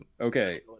Okay